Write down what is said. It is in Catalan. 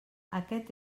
aquest